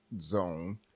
zone